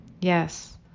Yes